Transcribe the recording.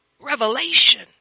Revelation